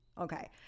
Okay